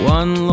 one